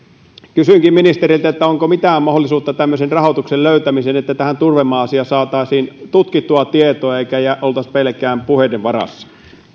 kysynkin ministeriltä onko mitään mahdollisuutta tämmöisen rahoituksen löytämiseen niin että tähän turvemaa asiaan saataisiin tutkittua tietoa eikä oltaisi pelkkien puheiden varassa